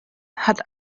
hat